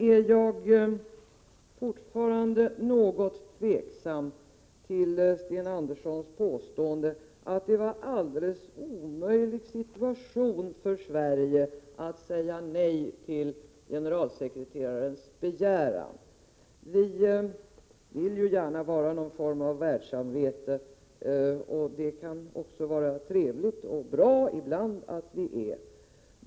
Jag är fortfarande något tveksam till Sten Anderssons påstående att det var alldeles omöjligt för Sverige att säga nej till generalsekreterarens begäran. Vi vill ju gärna vara någon form av världssamvete, och det kan också vara trevligt och bra ibland att vi är det.